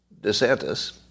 DeSantis